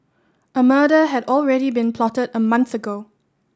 a murder had already been plotted a month ago